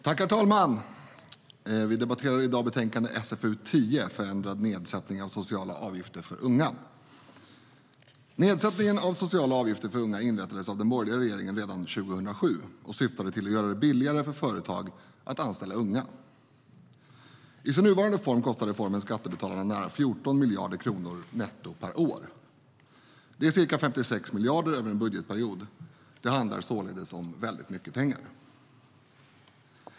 Herr talman! Vi debatterar i dag betänkande SfU10, Förändrad nedsättning av socialavgifterna för unga . Nedsättningen av sociala avgifter för unga inrättades av den borgerliga regeringen redan 2007 och syftade till att göra det billigare för företag att anställa unga. I sin nuvarande form kostar reformen skattebetalarna nära 14 miljarder kronor netto per år. Det är ca 56 miljarder över en budgetperiod. Det handlar således om väldigt mycket pengar.